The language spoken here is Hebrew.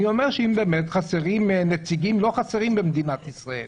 אם חסרים נציגים לא חסרים במדינת ישראל,